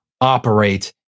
operate